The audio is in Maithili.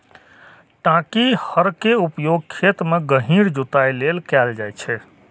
टांकी हर के उपयोग खेत मे गहींर जुताइ लेल कैल जाइ छै